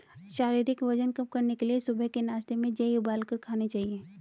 शारीरिक वजन कम करने के लिए सुबह के नाश्ते में जेई उबालकर खाने चाहिए